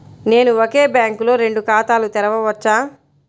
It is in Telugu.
నేను ఒకే బ్యాంకులో రెండు ఖాతాలు తెరవవచ్చా?